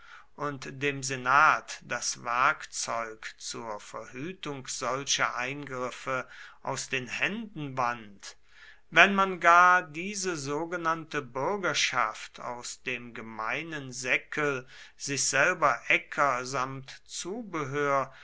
und dem senat das werkzeug zur verhütung solcher eingriffe aus den händen wand wenn man gar diese sogenannte bürgerschaft aus dem gemeinen säckel sich selber äcker samt zubehör